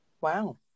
Wow